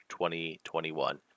2021